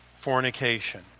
Fornication